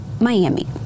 Miami